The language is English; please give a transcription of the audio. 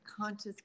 conscious